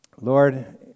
Lord